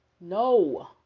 No